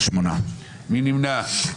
מי נמנע?